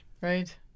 Right